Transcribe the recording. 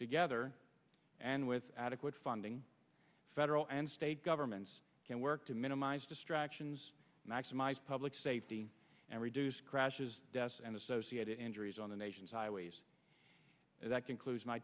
together and with adequate funding federal and state governments can work to minimize distractions maximize public safety and reduce crashes deaths and associated injuries on the nation's highways and that conclu